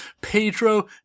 Pedro